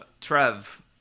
Trev